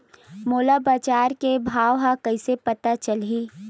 मोला बजार के भाव ह कइसे पता चलही?